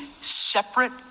separate